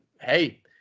hey